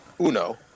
uno